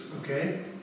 okay